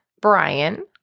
brian